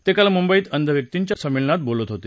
ते काल मुंबईत अंध व्यक्तींच्या संमेलनात बोलत होते